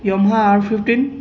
Yamaha R fifteen